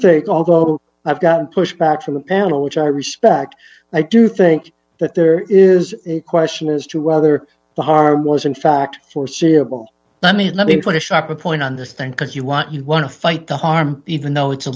think although i've gotten pushback from the panel which i respect i do think that there is a question as to whether the harm was in fact foreseeable let me let me finish up a point understand because you want you want to fight the harm even though it's a